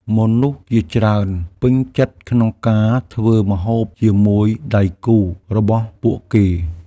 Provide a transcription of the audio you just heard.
មនុស្សជាច្រើនពេញចិត្តក្នុងការធ្វើម្ហូបជាមួយដៃគូរបស់ពួកគេ។